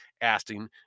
asking